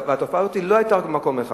התופעה הזאת לא היתה רק במקום אחד.